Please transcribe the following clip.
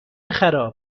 خراب